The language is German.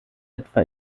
etwa